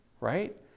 right